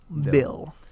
Bill